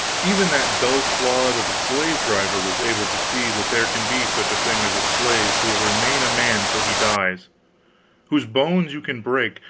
even that dull clod of a slave-driver was able to see that there can be such a thing as a slave who will remain a man till he dies whose bones you can break,